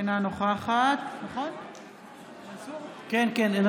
אינה נוכחת צבי האוזר, אינו